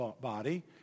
body